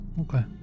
Okay